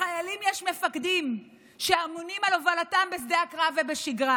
לחיילים יש מפקדים שאמונים על הובלתם בשדה הקרב ובשגרה,